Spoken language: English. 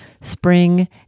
spring